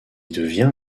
devient